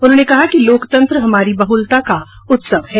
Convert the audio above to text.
उन्होंने कहा कि लोकतंत्र हमारी बहुलता का उत्सव है